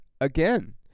again